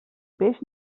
peix